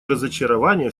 разочарование